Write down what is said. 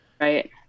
Right